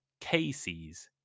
KCs